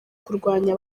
kurwanya